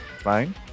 fine